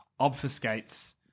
obfuscates